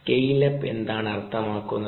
scale up എന്താണ് അർത്ഥമാക്കുന്നത്